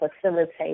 facilitate